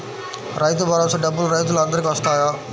రైతు భరోసా డబ్బులు రైతులు అందరికి వస్తాయా?